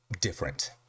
different